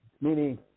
Meaning